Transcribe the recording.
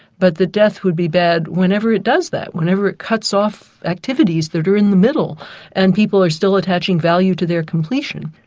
but that death would be bad whenever it does that, whenever it cuts off activities that are in the middle and people are still attaching value to their completion.